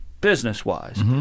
business-wise